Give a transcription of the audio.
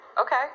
Okay